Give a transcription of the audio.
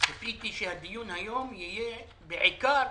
ציפיתי שהדיון היום יהיה בעיקר